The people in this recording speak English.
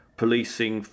policing